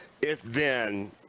if-then